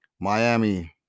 Miami